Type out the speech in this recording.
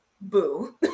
boo